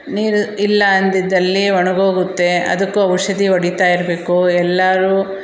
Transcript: ನೀರು ಇಲ್ಲ ಅಂದಿದ್ದಲ್ಲಿ ಒಣಗೋಗುತ್ತೆ ಅದಕ್ಕೂ ಔಷಧಿ ಹೊಡಿತಾ ಇರಬೇಕು ಎಲ್ಲರು